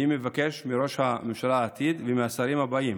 אני מבקש מראש הממשלה העתידי ומהשרים הבאים